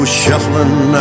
shuffling